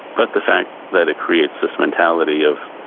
but the fact that it creates this mentality of,